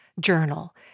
journal